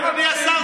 אדוני השר,